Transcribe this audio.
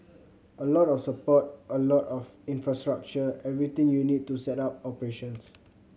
a lot of support a lot of infrastructure everything you need to set up operations